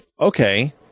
Okay